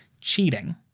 cheating